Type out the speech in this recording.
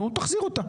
נו, תחזירו אותה.